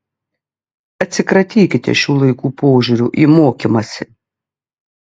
atsikratykite šių laikų požiūrio į mokymąsi